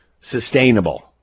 Sustainable